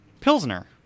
Pilsner